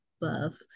buff